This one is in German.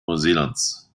neuseelands